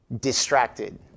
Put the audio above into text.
distracted